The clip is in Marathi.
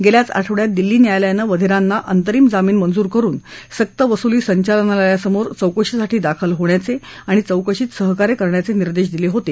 गेल्याच आठवड्यात दिल्ली न्यायालयानं वधेरांना अंतरिम जामीन मंजूर करुन सक्त वसुली संचालनालयासमोर चौकशीसाठी दाखल होण्याचे आणि चौकशीत सहकार्य करण्याचे निर्देश दिले होते